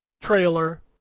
trailer